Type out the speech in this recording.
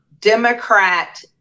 Democrat